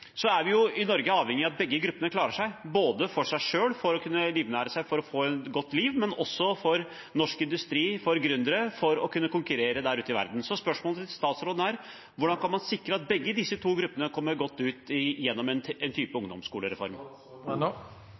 er vi avhengig av at begge gruppene klarer seg, både for seg selv, for å kunne livnære seg og få et godt liv, og for norsk industri, for gründere, for å kunne konkurrere der ute i verden. Spørsmålet til statsråden er: Hvordan kan man sikre at begge disse gruppene kommer godt ut gjennom en